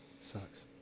Sucks